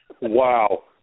Wow